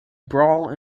brawl